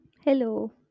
Hello